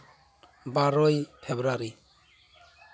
ᱵᱟᱨᱳᱭ February